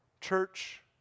Church